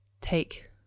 take